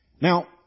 Now